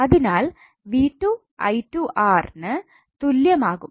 അതിനാൽ V2 𝑖2𝑅 ന് തുല്യമാകും